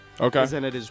Okay